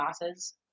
classes